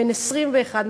בן 21,